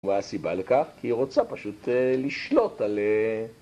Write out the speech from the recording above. ‫והסיבה לכך? ‫כי היא רוצה פשוט לשלוט על...